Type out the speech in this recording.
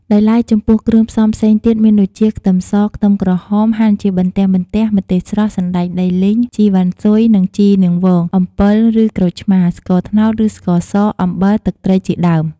ដោយឡែក ចំពោះគ្រឿងផ្សំផ្សេងទៀតមានដូចជា ខ្ទឹមស ខ្ទឹមក្រហមហាន់ជាបន្ទះៗ ម្ទេសស្រស់ សណ្តែកដីលីង ជីរវ៉ាន់ស៊ុយ និង ជីនាងវង អំពិលឬក្រូចឆ្មា ស្កត្នោតឬស្ករស អំបិល ទឹកត្រីជាដើម។